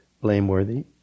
blameworthy